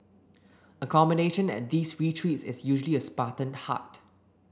accommodation at these retreats is usually a spartan hut